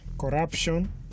corruption